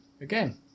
again